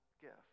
gift